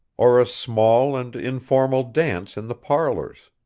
or a small and informal dance in the parlors.